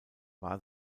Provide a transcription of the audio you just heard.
war